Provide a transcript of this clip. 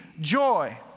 joy